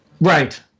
Right